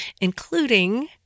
including